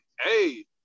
hey